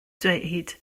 dweud